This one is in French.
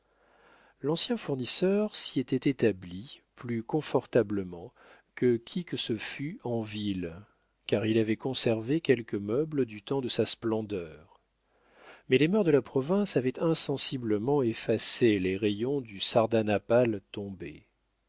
l'ancien fournisseur s'était établi plus comfortablement que qui que ce fût en ville car il avait conservé quelques meubles du temps de sa splendeur mais les mœurs de la province avaient insensiblement effacé les rayons du sardanapale tombé